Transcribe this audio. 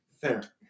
Fair